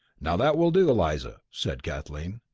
now, that will do, eliza, said kathleen.